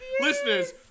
listeners